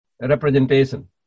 Representation